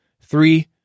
Three